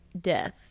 death